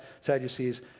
Sadducees